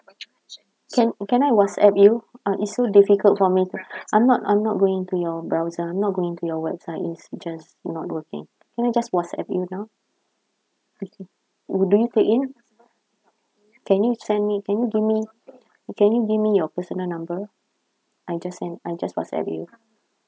can can I WhatsApp you uh it's so difficult for me to I'm not I'm not going to your browser I'm not going to your website it's just not working can I just whatsapp you now do you take in can you send me can you give me can you give me your personal number I just send I just WhatsApp you